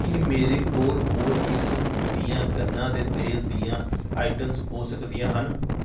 ਕੀ ਮੇਰੇ ਕੋਲ ਹੋਰ ਕਿਸਮ ਦੀਆਂ ਕੰਨਾਂ ਦੇ ਤੇਲ ਦੀਆਂ ਆਈਟਮਜ਼ ਹੋ ਸਕਦੀਆਂ ਹਨ